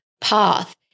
path